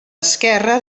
esquerre